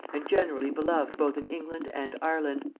and generally beloved both in england and ireland.